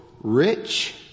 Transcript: rich